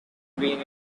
been